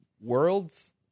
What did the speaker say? Worlds